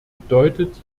bedeutet